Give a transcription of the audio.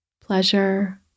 pleasure